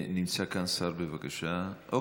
נמצא כאן שר, בבקשה?